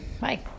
Bye